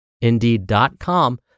Indeed.com